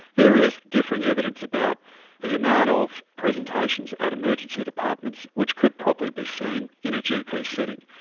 there is differing evidence about the amount of presentations at emergency departments which could properly be seen in a gp setting.